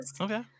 Okay